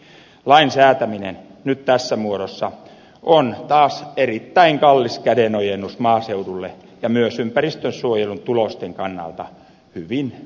lain säätäminen nyt tässä muodossa on taas erittäin kallis kädenojennus maaseudulle ja myös ympäristönsuojelun tulosten kannalta hyvin vähäinen